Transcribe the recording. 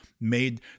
made